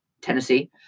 Tennessee